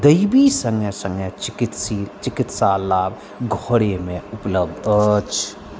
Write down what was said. दैवीय सङ्गे सङ्गे चिकित्सकीय चिकित्सा लाभ घरेमे उपलब्ध अछि